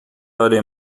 اره